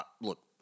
look